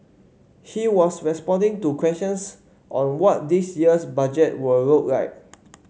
he was responding to questions on what this year's budget would look like